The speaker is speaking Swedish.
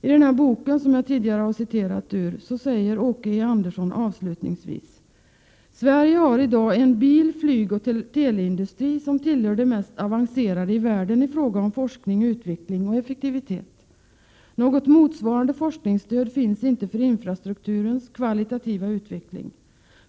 I den bok som jag tidigare citerat ur säger Åke E Andersson avslutningsvis: ”Sverige har idag en bil-, flygoch teleindustri, som tillhör till de mest avancerade i världen i fråga om forskning, utveckling och effektivitet. Något motsvarande forskningsstöd finns inte för infrastrukturens kvalitativa utveckling.